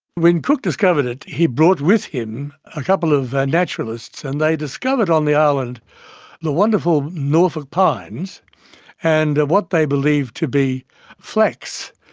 when cook discovered it he brought with him a couple of naturalists, and they discovered on the island the wonderful norfolk pines and what they believed to be flax.